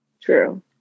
True